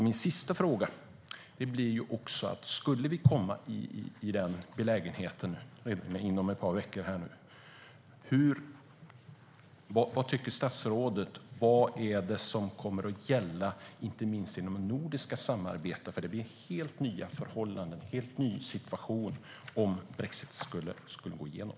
Min sista fråga är därför: Skulle vi inom ett par veckor komma i den belägenheten, vad tycker statsrådet är det som kommer att gälla - inte minst inom det nordiska samarbetet? Det blir helt nya förhållanden, en helt ny situation, om brexit skulle gå igenom.